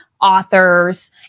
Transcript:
authors